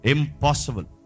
Impossible